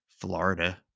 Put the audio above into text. Florida